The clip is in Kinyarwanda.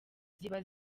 ziba